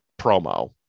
promo